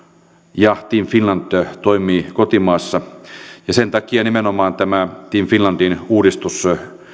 ja team finland toimivat kotimaassa ja sen takia nimenomaan tämä team finlandin uudistus